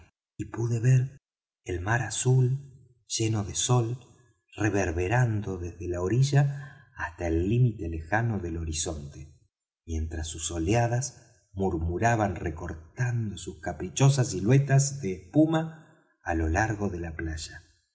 y pude ver el mar azul y lleno de sol reverberando desde la orilla hasta el límite lejano del horizonte mientras sus oleadas murmuraban recortando sus caprichosas siluetas de espuma á lo largo de la playa